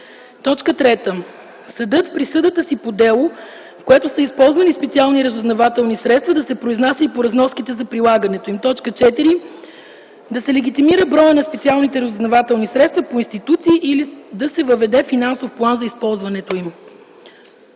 3. Съдът в присъдата си по дело, в което са използвани специални разузнавателни средства, да се произнася и по разноските за прилагането им. 4. Да се лимитира броя на специални разузнавателни средства по институции или да се въведе финансов план за използването им.